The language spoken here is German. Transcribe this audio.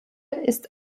ist